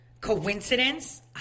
coincidence